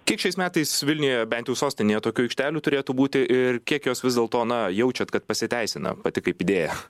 kiek šiais metais vilniuje bent jau sostinėje tokių aikštelių turėtų būti ir kiek jos vis dėl to na jaučiat kad pasiteisina pati kaip idėja